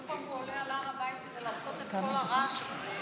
כל פעם הוא עולה על הר הבית כדי לעשות את כל הרעש הזה.